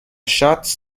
shots